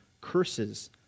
curses